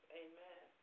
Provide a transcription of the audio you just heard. amen